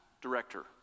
director